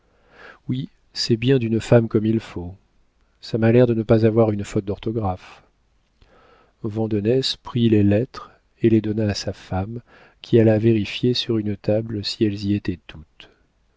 oui c'est bien d'une femme comme il faut ça m'a l'air de ne pas avoir une faute d'orthographe vandenesse prit les lettres et les donna à sa femme qui alla vérifier sur une table si elles y étaient toutes